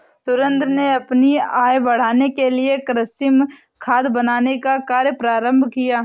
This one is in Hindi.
सुरेंद्र ने अपनी आय बढ़ाने के लिए कृमि खाद बनाने का कार्य प्रारंभ किया